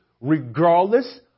regardless